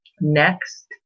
Next